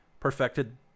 perfected